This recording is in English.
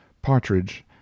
partridge